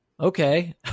Okay